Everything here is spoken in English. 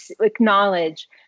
acknowledge